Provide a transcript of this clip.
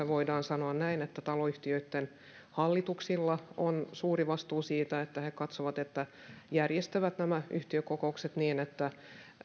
voidaan sanoa näin että taloyhtiöiden hallituksilla on suuri vastuu siitä että he järjestävät nämä yhtiökokoukset niin että